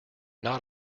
not